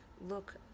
look